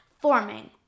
forming